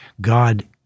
God